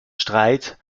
streit